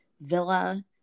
villa